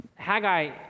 Haggai